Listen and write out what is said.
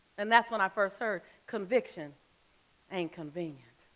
and that's when i first heard conviction and convenient.